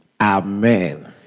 Amen